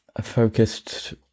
focused